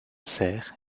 cerf